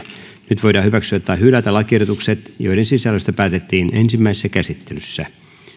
nyt voidaan hyväksyä tai hylätä lakiehdotukset joiden sisällöstä päätettiin ensimmäisessä käsittelyssä